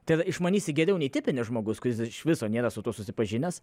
tai yra išmanysi geriau nei tipinis žmogus kuris iš viso nėra su tuo susipažinęs